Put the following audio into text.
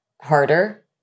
harder